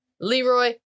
Leroy